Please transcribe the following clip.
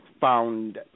found